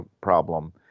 problem